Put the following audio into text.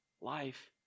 life